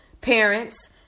parents